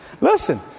Listen